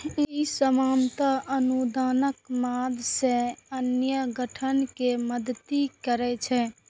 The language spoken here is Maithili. ई सामान्यतः अनुदानक माध्यम सं अन्य संगठन कें मदति करै छै